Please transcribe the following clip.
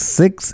six